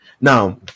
now